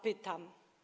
Pytam.